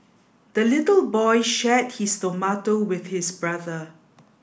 the little boy shared his tomato with his brother